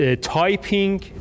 typing